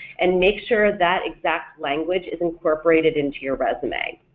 and make sure that exact language is incorporated into your resume.